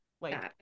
like-